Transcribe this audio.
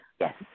Yes